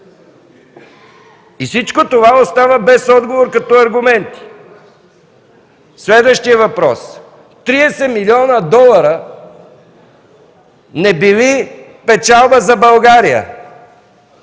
Всичко това остава без отговор като аргументи. Следващият въпрос. Тридесет милиона долара не били печалба за България.